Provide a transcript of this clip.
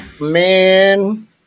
Man